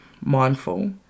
mindful